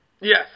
Yes